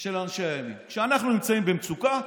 של אנשי הימין: כשאנחנו נמצאים במצוקה,